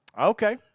Okay